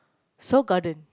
Seoul-Garden